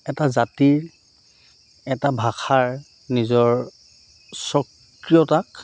এটা জাতিৰ এটা ভাষাৰ নিজৰ স্বক্ৰিয়তাক